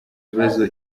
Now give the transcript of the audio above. ibibazo